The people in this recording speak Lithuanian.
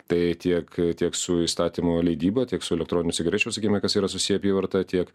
tai tiek tiek su įstatymų leidyba tiek su elektroninių cigarečių sakykime kas yra susiję apyvarta tiek